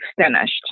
finished